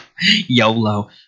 YOLO